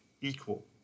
equal